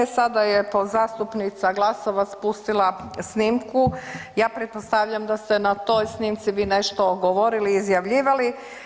Sada je podzastupnica Glasovac pustila snimku, ja pretpostavljam da ste na toj snimci vi nešto govorili i izjavljivali.